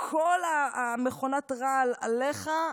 כל מכונת רעל עליך.